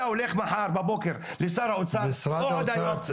אתה הולך מחר בבוקר לשר האוצר או עוד היום?